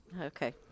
Okay